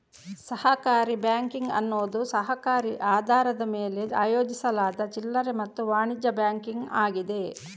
ಸಹಕಾರಿ ಬ್ಯಾಂಕಿಂಗ್ ಎನ್ನುವುದು ಸಹಕಾರಿ ಆಧಾರದ ಮೇಲೆ ಆಯೋಜಿಸಲಾದ ಚಿಲ್ಲರೆ ಮತ್ತು ವಾಣಿಜ್ಯ ಬ್ಯಾಂಕಿಂಗ್ ಆಗಿದೆ